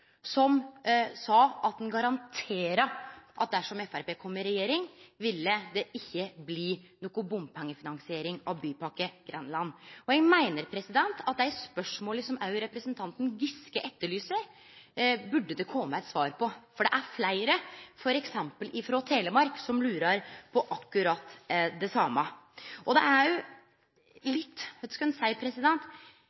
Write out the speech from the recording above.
som sa at han garanterte at dersom Framstegspartiet kom i regjering, ville det ikkje bli noko bompengefinansiering av Bypakke Grenland. Eg meiner at dei spørsmåla som òg representanten Giske etterlyser svar på, burde det kome svar på, for det er fleire frå f.eks. Telemark som lurar på akkurat det same. Det er